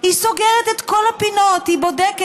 היא סוגרת את כל הפינות: היא בודקת,